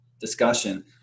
discussion